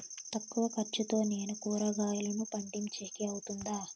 తక్కువ ఖర్చుతో నేను కూరగాయలను పండించేకి అవుతుందా?